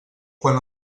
quan